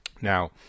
Now